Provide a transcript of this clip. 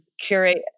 curate